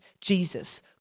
Jesus